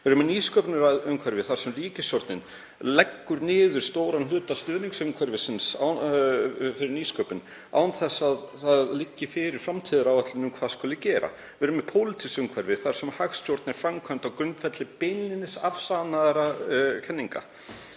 Við erum með nýsköpunarumhverfi þar sem ríkisstjórnin leggur niður stóran hluta stuðningsumhverfisins fyrir nýsköpun án þess að það liggi fyrir framtíðaráætlun um hvað skuli gera. Við erum með pólitískt umhverfi þar sem hagstjórnin er á grundvelli beinlínis afsannaðra kenninga.